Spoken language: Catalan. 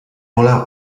voleu